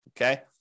Okay